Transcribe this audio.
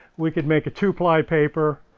we could make a two ply paper,